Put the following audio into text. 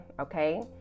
okay